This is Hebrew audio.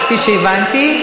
כפי שהבנתי,